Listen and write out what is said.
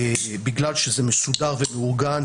בגלל שזה מסודר ומאורגן,